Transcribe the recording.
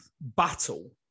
battle